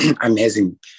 amazing